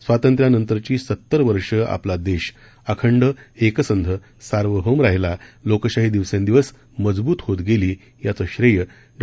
स्वातंत्र्यानंतरची सत्तर वर्षे आपला देश अखंड एकसंध सार्वभौम राहिला लोकशाही दिवसेंदिवस मजबूत होत गेली याचं श्रेय डॉ